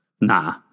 Nah